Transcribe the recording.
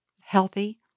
healthy